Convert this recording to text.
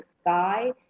sky